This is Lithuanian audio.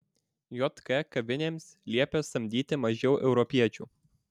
jk kavinėms liepė samdyti mažiau europiečių